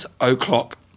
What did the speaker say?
O'Clock